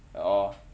oh